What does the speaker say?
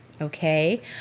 okay